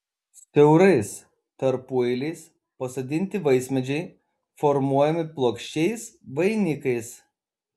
siaurais tarpueiliais pasodinti vaismedžiai formuojami plokščiais vainikais